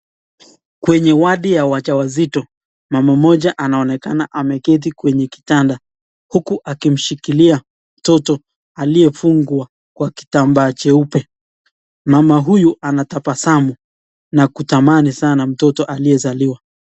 Kwenye wadi ya wajawazito, mama mmoja anaonekana ameketi kwenye kitanda huku akimshikilia mtoto aliyefungwa kwa kitambaa cheupe. Mama huyu anatabasamu na kutamani sana mtoto aliyezaliwa.